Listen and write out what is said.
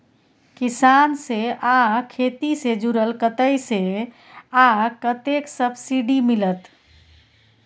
किसान से आ खेती से जुरल कतय से आ कतेक सबसिडी मिलत?